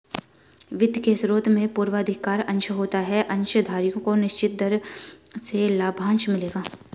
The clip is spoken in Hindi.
वित्त के स्रोत में पूर्वाधिकार अंश होता है अंशधारियों को निश्चित दर से लाभांश मिलेगा